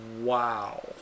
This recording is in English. wow